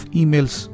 emails